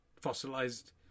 fossilized